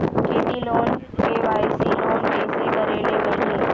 खेती loan KYC loan कइसे करे ले मिलही?